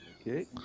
Okay